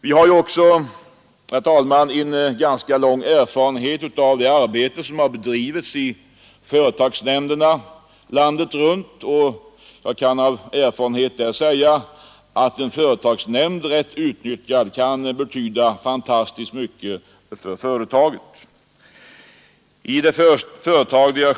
Vi har ju också en rätt lång erfarenhet av det arbete som har bedrivits i företagsnämnder landet runt. En företagsnämnd, rätt utnyttjad, kan betyda fantastiskt mycket för företaget och de anställda.